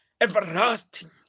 everlasting